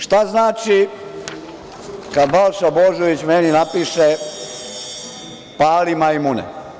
Šta znači kada Balša Božović meni napiše „pali majmune“